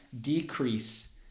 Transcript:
decrease